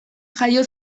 jaio